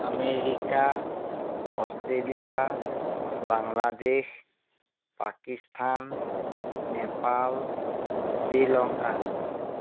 America Australia Bangladesh Pakistan Nepal Sri Lanka